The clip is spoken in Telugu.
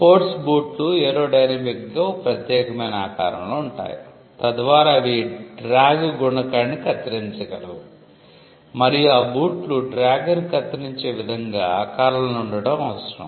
స్పోర్ట్ బూట్లు ఏరోడైనమిక్గా ఒక ప్రత్యేకమైన ఆకారంలో ఉంటాయి తద్వారా అవి డ్రాగ్ గుణకాన్ని కత్తిరించగలవు మరియు ఆ బూట్లు డ్రాగ్ను కత్తిరించే విధంగా ఆకారంలో ఉండటం అవసరం